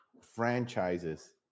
franchises